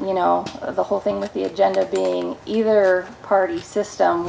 you know the whole thing with the agenda being either party system